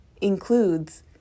includes